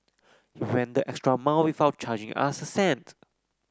he went the extra mile without charging us a cent